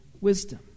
wisdom